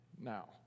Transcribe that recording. now